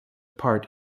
part